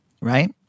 right